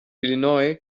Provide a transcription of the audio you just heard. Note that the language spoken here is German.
illinois